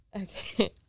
okay